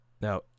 Now